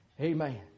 Amen